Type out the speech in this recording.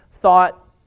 thought